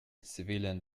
civilian